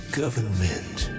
government